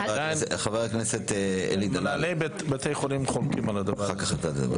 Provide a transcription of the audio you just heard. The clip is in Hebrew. חבר הכנסת, יש רופאים, נתייחס לזה.